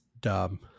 dumb